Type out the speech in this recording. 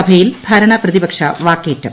സഭയിൽ ഭരണ പ്രതിപക്ഷ വാക്കേറ്റം